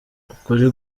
ukuri